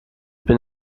bin